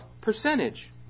percentage